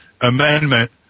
Amendment